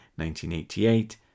1988